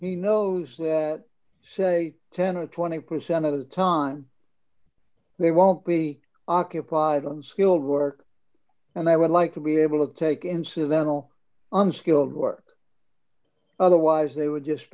he knows that say ten or twenty percent of the time they won't be occupied on skilled work and they would like to be able to take incidental unskilled work otherwise they would just